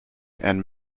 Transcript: and